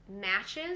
matches